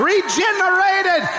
regenerated